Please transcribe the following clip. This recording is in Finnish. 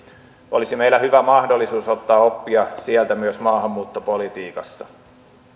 olisi meillä hyvä mahdollisuus ottaa oppia sieltä myös maahanmuuttopolitiikassa